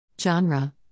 Genre